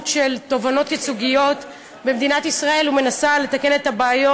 של תובענות ייצוגיות במדינת ישראל ומנסה לתקן את הבעיות